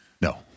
No